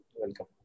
welcome